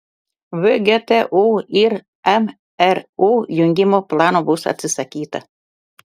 vgtu ir mru jungimo plano bus atsisakyta